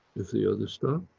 if the other stop,